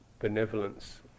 benevolence